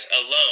alone